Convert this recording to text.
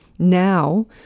Now